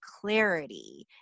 clarity